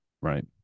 Right